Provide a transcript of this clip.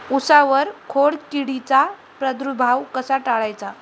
उसावर खोडकिडीचा प्रादुर्भाव कसा टाळायचा?